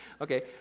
okay